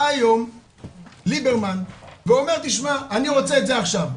בא היום ליברמן ואומר תשמע אני רוצה את זה עכשיו,